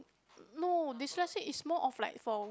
no dyslexic is more of like for